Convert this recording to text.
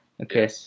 Okay